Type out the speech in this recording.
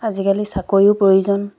আজিকালি চাকৰিও প্ৰয়োজন